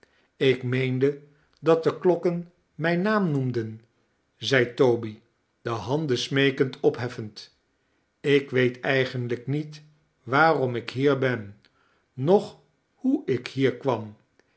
ik meende dat de klokken mijn naam noemden zei toby de handen smeekend opheffend ik weet eigenlijk niet waarom ik bier ben noch hoe ik hier kwam